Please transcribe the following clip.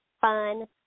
fun